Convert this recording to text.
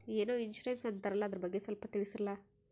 ಏನೋ ಇನ್ಸೂರೆನ್ಸ್ ಅಂತಾರಲ್ಲ, ಅದರ ಬಗ್ಗೆ ಸ್ವಲ್ಪ ತಿಳಿಸರಲಾ?